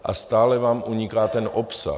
A stále vám uniká ten obsah.